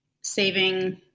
saving